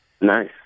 Nice